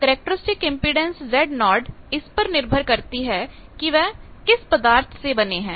characteristic impedance Zo इस पर निर्भर करती है कि वह किस पदार्थ से बने हैं